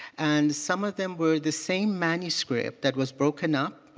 and some of them were the same manuscript that was broken up,